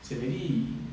it's a very